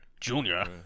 Junior